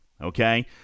Okay